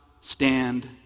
stand